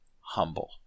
humble